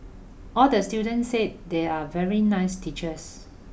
all the student said they are very nice teachers